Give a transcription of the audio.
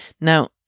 Now